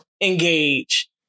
engage